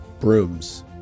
Brooms